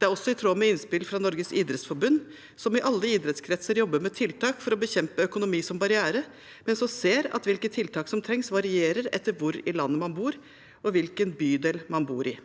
Det er også i tråd med innspill fra Norges idrettsforbund, som i alle idrettskretser jobber med tiltak for å bekjempe økonomi som barriere, men som ser at hvilke tiltak som trengs, varierer etter hvor i landet man bor, og hvilken bydel man bor i.